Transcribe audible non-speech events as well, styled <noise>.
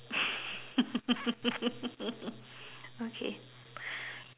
<laughs> okay